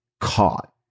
caught